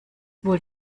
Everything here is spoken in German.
wohl